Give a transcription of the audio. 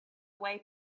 away